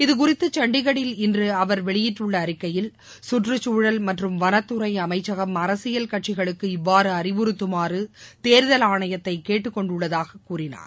இதுகுறித்து சண்டிகரில் அவர் வெளியிட்டுள்ள அறிக்கையில் கற்றக்குழல் மற்றும் வளத்துறை அளமக்கும் அரசியல் கட்சிகளுக்கு இவ்வாறு அறிவுறத்துமாறு தேர்தல் ஆணையத்தை கேட்டுக்கொண்டுள்ளதாகக் கூறினார்